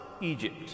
Egypt